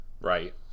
Right